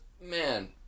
man